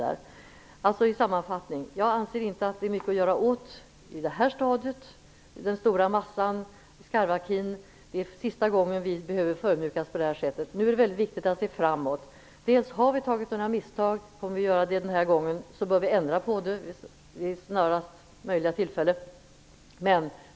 Som en sammanfattning kan jag säga att jag inte anser att det är mycket att göra åt den stora massan av material i den s.k.skarv-acquisen på detta stadium. Det är sista gången vi förödmjukas på detta sätt. Nu är det väldigt viktigt att se framåt. Om vi har gjort några misstag den här gången bör vi ändra på dem snarast möjligt.